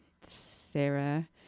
Sarah